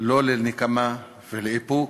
לא לנקמה, ולאיפוק,